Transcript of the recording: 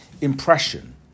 impression